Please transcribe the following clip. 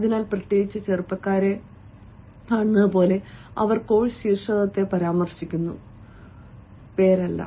അതിനാൽ പ്രത്യേകിച്ച് ചെറുപ്പക്കാരെ കാണുന്നതുപോലെ അവർ കോഴ്സ് ശീർഷകത്തെ പരാമർശിക്കുന്നു പേരല്ല